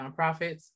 nonprofits